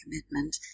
commitment